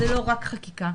זה לא רק חקיקה.